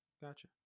Gotcha